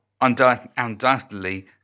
undoubtedly